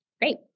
Great